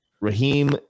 Raheem